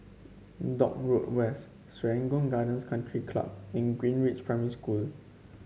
Dock Road West Serangoon Gardens Country Club and Greenridge Primary School